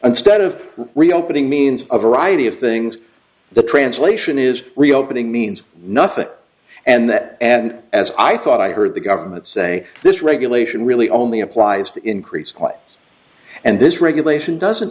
unstead of reopening means a variety of things the translation is reopening means nothing and that and as i thought i heard the government say this regulation really only applies to increase quite and this regulation doesn't